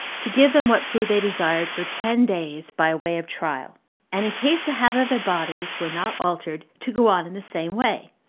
to give them what food they desired for ten days, by way of trial and in case the habit of their bodies were not altered, to go on in the same way,